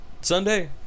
Sunday